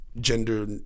gender